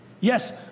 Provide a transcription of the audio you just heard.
Yes